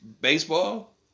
Baseball